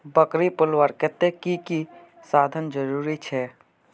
बकरी पलवार केते की की साधन जरूरी छे?